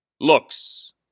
looks